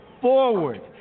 forward